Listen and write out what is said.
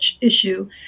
issue